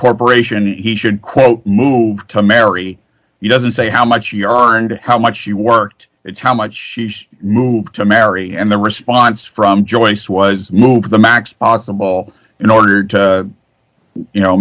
corporation he should quote move to marry you doesn't say how much you are and how much you worked it's how much she's moved to mary and the response from joyce was moved the max possible in order to you know